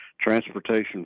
transportation